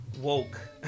Woke